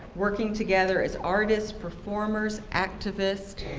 working together as artists, performers, activists,